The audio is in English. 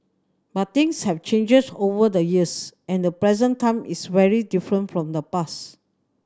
but things have changes over the years and the present time is very different from the past